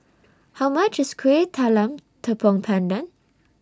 How much IS Kuih Talam Tepong Pandan